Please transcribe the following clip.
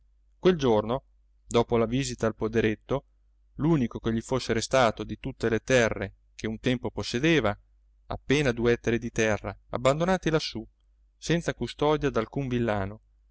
quel giorno dopo la visita al poderetto l'unico che gli fosse restato di tutte le terre che un tempo possedeva appena due ettari di terra abbandonati lassù senza custodia d'alcun villano